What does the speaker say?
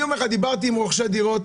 דיברתי עם רוכשי דירות,